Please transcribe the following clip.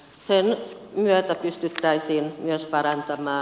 sen myötä pystyttäisiin myös päivän tämä